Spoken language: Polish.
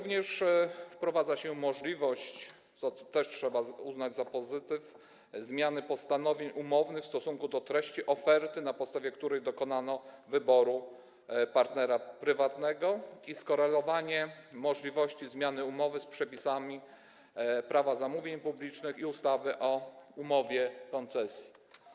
Wprowadza się także możliwość, co też trzeba uznać za pozytyw, zmiany postanowień umownych w stosunku do treści oferty, na podstawie której dokonano wyboru partnera prywatnego, i skorelowanie możliwości zmiany umowy z przepisami Prawa zamówień publicznych i ustawy o umowie koncesji.